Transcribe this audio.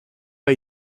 pas